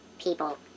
people